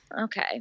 Okay